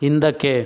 ಹಿಂದಕ್ಕೆ